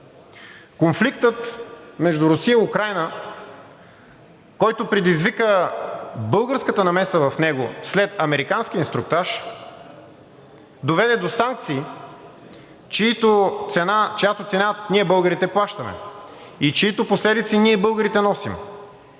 Конфликтът между Русия и Украйна, който предизвика българската намеса в него след американски инструктаж, доведе до санкции, чиято цена ние българите плащаме и чиито последици ние българите носим,